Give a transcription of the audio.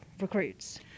recruits